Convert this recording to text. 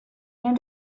end